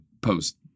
post